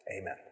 Amen